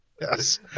Yes